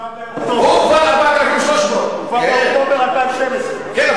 הוא כבר 4,300. הוא כבר באוקטובר 2012. כן,